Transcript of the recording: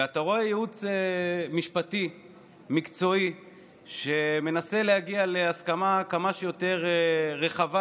ואתה רואה ייעוץ משפטי מקצועי שמנסה להגיע להסכמה כמה שיותר רחבה,